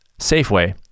Safeway